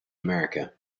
america